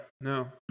no